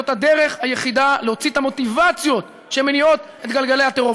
זאת הדרך היחידה להוציא את המוטיבציות שמניעות את גלגלי הטרור.